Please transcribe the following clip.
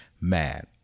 Mad